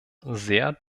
sehr